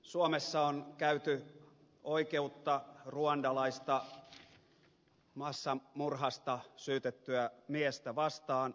suomessa on käyty oikeutta ruandalaista massamurhasta syytettyä miestä vastaan